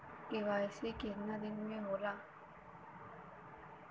KYC कितना दिन में होले?